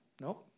no